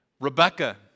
Rebecca